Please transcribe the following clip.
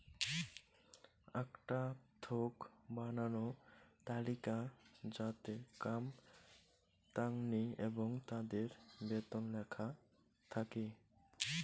আকটা থোক বানানো তালিকা যাতে কাম তাঙনি এবং তাদের বেতন লেখা থাকি